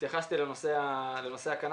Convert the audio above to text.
התייחסתי לנושא הקנאביס.